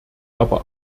aber